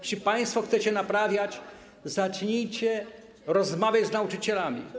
Jeśli państwo chcecie naprawiać, zacznijcie rozmawiać z nauczycielami.